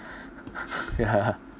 ya